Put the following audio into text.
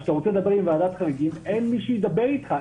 כשאתה רוצה לדבר עם ועדת חריגים אין מי שידבר איתך,